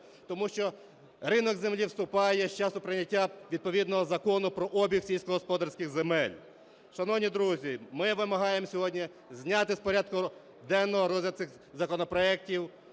Тому що ринок землі вступає з часу прийняття відповідного Закону про обіг сільськогосподарських земель. Шановні друзі, ми вимагаємо сьогодні зняти з порядку денного розгляд цих законопроектів,